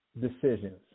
decisions